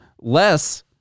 less